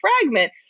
fragment